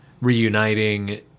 Reuniting